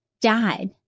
died